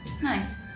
Nice